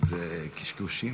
אתה לא שומע.